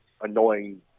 annoying